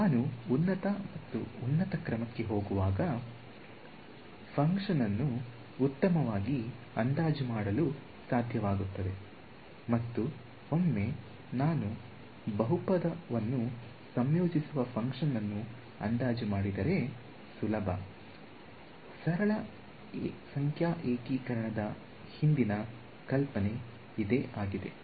ನಾನು ಉನ್ನತ ಕ್ರಮಕ್ಕೆ ಹೋಗುವಾಗ ಫಂಕ್ಷನ್ ಅನ್ನು ಉತ್ತಮವಾಗಿ ಅಂದಾಜು ಮಾಡಲು ಸಾಧ್ಯವಾಗುತ್ತದೆ ಮತ್ತು ಒಮ್ಮೆ ನಾನು ಬಹುಪದವನ್ನು ಸಂಯೋಜಿಸುವ ಫಂಕ್ಷನ್ ಅನ್ನು ಅಂದಾಜು ಮಾಡಿದರೆ ಸುಲಭ ಸರಳ ಸಂಖ್ಯಾ ಏಕೀಕರಣದ ಹಿಂದಿನ ಕಲ್ಪನೆ ಅದುವೇ ಆಗಿದೆ